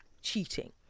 cheating